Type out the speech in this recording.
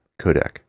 codec